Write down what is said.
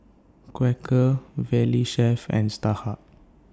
Quaker Valley Chef and Starhub